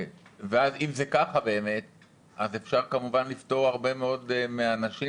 אם זה ככה באמת אז אפשר כמובן לפטור הרבה מאוד מהאנשים,